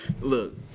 Look